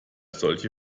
solche